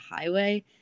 highway